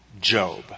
Job